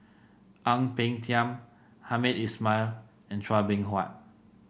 Ang Peng Tiam Hamed Ismail and Chua Beng Huat